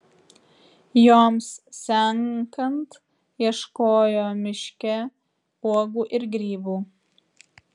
joms senkant ieškojo miške uogų ir grybų